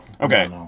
Okay